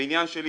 הבניין שלי,